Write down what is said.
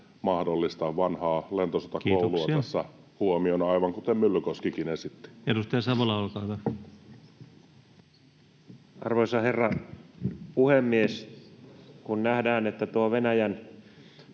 mahdollista vanhaa lentosotakoulua tässä huomioon, [Puhemies: Kiitoksia!] aivan kuten Myllykoskikin esitti. Edustaja Savola, olkaa hyvä. Arvoisa herra puhemies! Kun nähdään, että tuo Venäjän